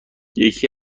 یکی